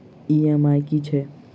EMI की छैक?